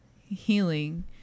healing